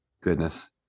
goodness